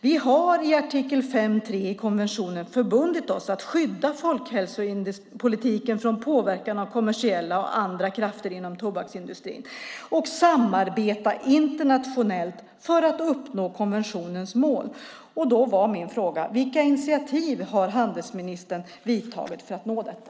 Vi har i artikel 5.3 i konventionen förbundit oss att skydda folkhälsopolitiken från påverkan av kommersiella och andra krafter inom tobaksindustrin och att samarbeta internationellt för att uppnå konventionens mål. Då var min fråga: Vilka initiativ har handelsministern vidtagit för att nå detta?